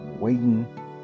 waiting